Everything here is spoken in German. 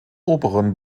oberen